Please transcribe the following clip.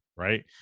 Right